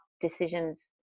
decisions